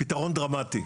פתרון דרמטי.